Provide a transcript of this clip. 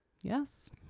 Yes